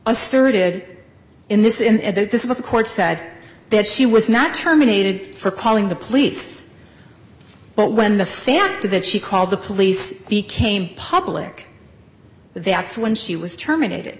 asserted in this in this in a court said that she was not terminated for calling the police but when the fact that she called the police became public that's when she was terminated